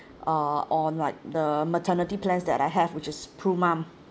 uh on like the maternity plans that I have which is PruMum